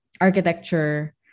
architecture